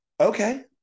okay